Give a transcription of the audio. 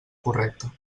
correcta